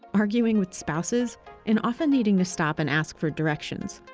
arguing with spouses and often needing to stop and ask for directions.